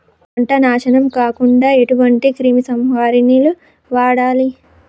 పంట నాశనం కాకుండా ఎటువంటి క్రిమి సంహారిణిలు వాడాలి?